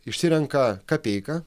išsirenka kapeiką